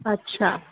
اچھا